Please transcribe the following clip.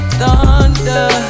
thunder